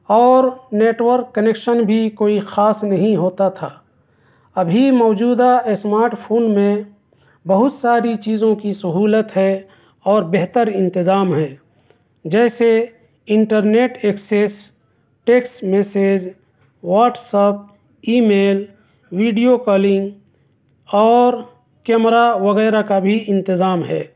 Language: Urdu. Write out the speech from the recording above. اور نیٹورک کنیکشن بھی کوئی خاص نہیں ہوتا تھا ابھی موجودہ اسمارٹ فون میں بہت ساری چیزوں کی سہلوت ہے اور بہتر انتظام ہے جیسے internet access text message WhatsApp email video calling اور کیمرہ وغیرہ کا بھی انتظام ہے